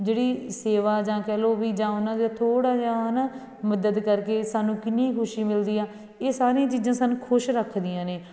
ਜਿਹੜੀ ਸੇਵਾ ਜਾਂ ਕਹਿ ਲਉ ਵੀ ਜਾਂ ਉਹਨਾਂ ਦੇ ਥੋੜ੍ਹਾ ਜਿਹਾ ਹੈ ਨਾ ਮਦਦ ਕਰਕੇ ਸਾਨੂੰ ਕਿੰਨੀ ਖੁਸ਼ੀ ਮਿਲਦੀ ਆ ਇਹ ਸਾਰੀਆਂ ਚੀਜ਼ਾਂ ਸਾਨੂੰ ਖੁਸ਼ ਰੱਖਦੀਆਂ ਨੇ